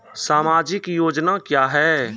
समाजिक योजना क्या हैं?